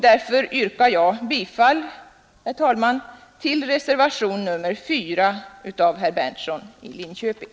Jag yrkar därför bifall, herr talman, till reservationen 4 av herr Berndtson i Linköping.